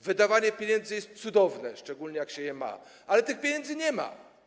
Wydawanie pieniędzy jest cudowne, szczególnie jak się je ma, ale tych pieniędzy nie ma.